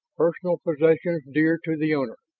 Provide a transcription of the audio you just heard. personal possessions dear to the owner,